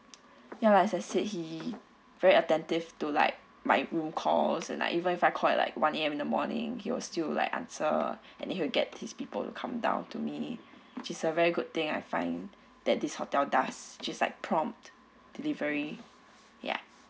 ya lah as I said he very attentive to like my room calls like even if I call at like one A_M in the morning he was still like answer and then he'll get his people to come down to me which is a very good thing I find that this hotel does which is like prompt delivery ya